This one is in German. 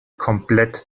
komplett